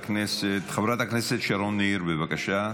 חברת הכנסת שרון ניר, בבקשה.